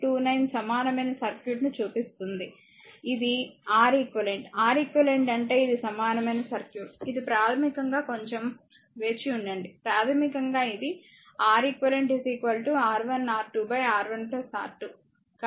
29 సమానమైన సర్క్యూట్ను చూపిస్తుంది ఇది R eq R eq అంటే ఇది సమానమైన సర్క్యూట్ ఇది ప్రాథమికంగా కొంచెం వేచివుండండి ప్రాథమికంగా ఇది R eq R1 R2 R1 R2